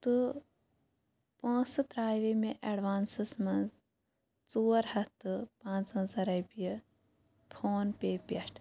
تہٕ پونٛسہٕ ترٛاوے مےٚ ایٚڈوانسَس مَنٛز ژور ہَتھ تہٕ پانٛژٕ وَنٛزاہ رۄپیہِ فون پیے پیٚٹھٕ